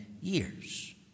years